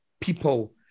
people